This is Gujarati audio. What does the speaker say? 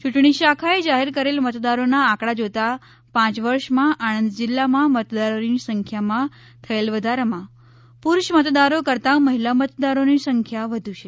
ચૂંટણી શાખાએ જાહેર કરેલ મતદારોના આંકડા જોતા પાંચ વર્ષમાં આણંદ જિલ્લામાં મતદારોની સંખ્યામાં થયેલ વધારામાં પુરૂષ મતદારો કરતાં મહિલા મતદારોની સંખ્યા વધુ છે